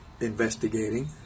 investigating